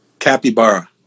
Capybara